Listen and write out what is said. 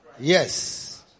yes